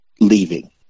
leaving